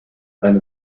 eine